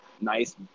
nice